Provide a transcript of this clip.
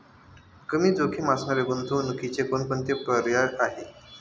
कमी जोखीम असणाऱ्या गुंतवणुकीचे कोणकोणते पर्याय आहे?